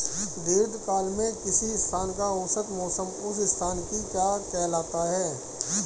दीर्घकाल में किसी स्थान का औसत मौसम उस स्थान की क्या कहलाता है?